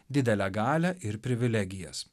didelę galią ir privilegijas